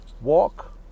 Walk